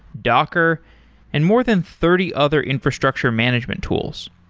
docker and more than thirty other infrastructure management tools.